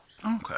Okay